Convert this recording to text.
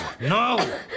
No